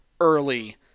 early